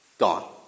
Gone